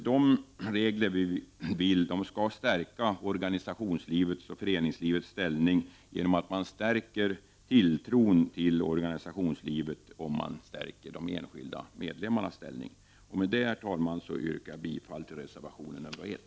De regler som vi vill se skall stärka organisationsoch föreningslivets ställning genom att man stärker tilltron till organisationslivet om man stärker de enskilda medlemmarnas ställning. Med detta yrkar jag bifall till reservation 1.